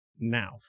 now